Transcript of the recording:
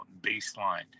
baseline